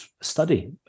study